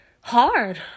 hard